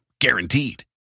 Guaranteed